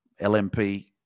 LMP